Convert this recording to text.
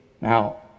Now